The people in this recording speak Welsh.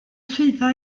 llwyddo